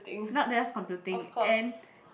not desk computing and